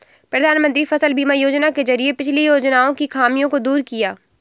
प्रधानमंत्री फसल बीमा योजना के जरिये पिछली योजनाओं की खामियों को दूर किया